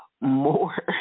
more